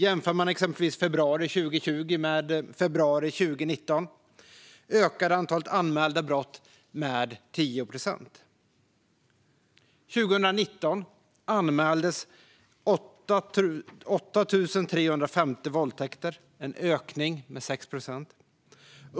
Jämför man exempelvis februari 2020 med februari 2019 ökade antalet anmälda brott med 10 procent. År 2019 anmäldes 8 350 våldtäkter, en ökning med 6 procent.